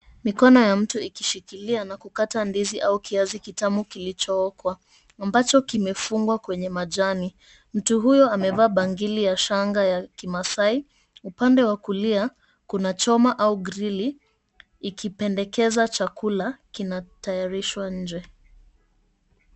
Mikono ya mtu ikishikilia na kukata ndizi au kiazi kitamu kilichookwa ambacho kimefungwa kwenye majani. Mtu huyo amevaa bangili ya shanga ya Kimaasai upande wa kulia, kuna choma au grili ikipendekeza chakula kinatayarishwa nje.